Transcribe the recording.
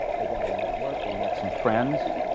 they got a network. they met some friends,